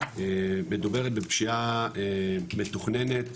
מדוברת בפשיעה מתוכננת,